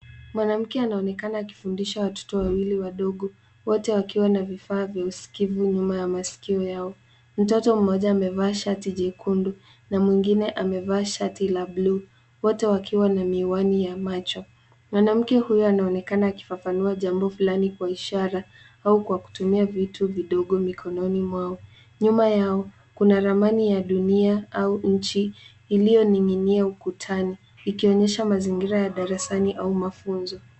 Mwanamke anaonekana akifundisha watoto wawili wadogo. Wote wakiwa na vifaa vya usikivu nyuma ya masikio yao. Mtoto mmoja amevaa shati jekundu na mwingine amevaa shati la bluu. Wote wakiwa na miwani ya macho. Mwanamke huyo anaonekana akifafanua jambo fulani kwa ishara au kwa kutumia vitu vidogo mikononi mwao. Nyuma yao kuna ramani ya dunia au nchi iliyoning'inia ukutani ikionyesha mazingira ya darasani au mafunzo.